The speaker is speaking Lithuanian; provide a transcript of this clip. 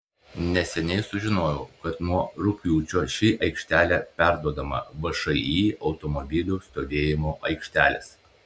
neseniai sužinojau kad nuo rugpjūčio ši aikštelė perduodama všį automobilių stovėjimo aikštelės